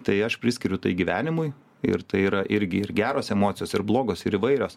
tai aš priskiriu tai gyvenimui ir tai yra irgi ir geros emocijos ir blogos ir įvairios